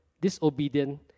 disobedient